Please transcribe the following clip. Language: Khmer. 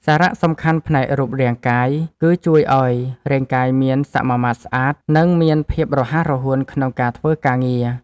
សារៈសំខាន់ផ្នែករូបរាងកាយ គឺជួយឱ្យរាងកាយមានសមាមាត្រស្អាត និងមានភាពរហ័សរហួនក្នុងការធ្វើការងារ។